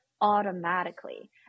automatically